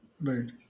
Right